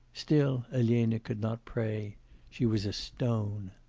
still elena could not pray she was a stone.